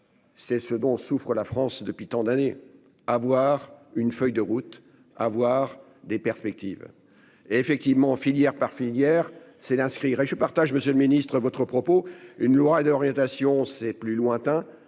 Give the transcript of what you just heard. C'est ce dont souffrent la France depuis tant d'années à avoir une feuille de route. Avoir des perspectives. Et effectivement, filière par filière, c'est d'inscrire et je partage. Monsieur le Ministre votre propos une loi d'orientation, c'est plus lointain